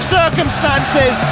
circumstances